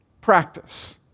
Practice